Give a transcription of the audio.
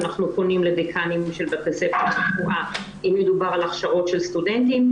אנחנו פונים לדיקנים של בתי ספר לרפואה אם מדובר על הכשרות של סטודנטים.